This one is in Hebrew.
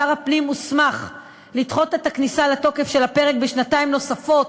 שר הפנים הוסמך לדחות את הכניסה לתוקף של הפרק בשנתיים נוספות,